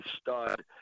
stud